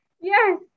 Yes